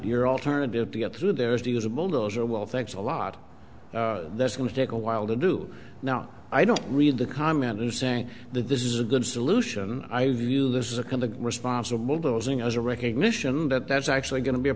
your alternative to get through there is to use a bulldozer well thanks a lot that's going to take a while to do now i don't read the comment to say that this is a good solution i view this is akin to responsible dozing as a recognition that that's actually going to be a